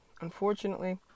Unfortunately